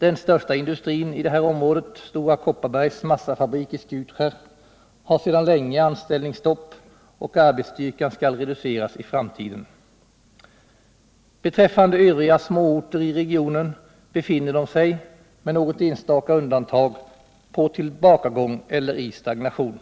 Den största industrin i detta område, Stora Kopparbergs massafabrik i Skutskär, har sedan länge anställningsstopp, och arbetsstyrkan skall reduceras i framtiden. Beträffande övriga småorter i regionen befinner de sig, med något enstaka undantag, på tillbakagång eller i stagnation.